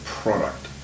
product